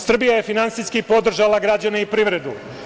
Srbija je finansijski podržala građane i privredu.